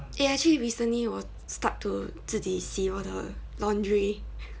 eh actually recently 我 start to 自己洗我的 laundry